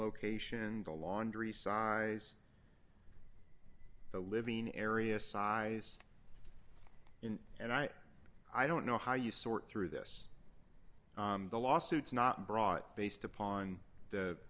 location the laundry size the living area size in and i i don't know how you sort through this the lawsuits not brought based upon the